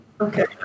Okay